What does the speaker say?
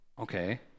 Okay